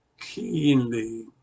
keenly